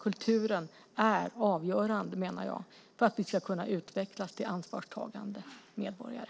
Kulturen är avgörande för att vi ska kunna utvecklas till ansvarstagande medborgare.